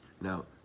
now